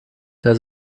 der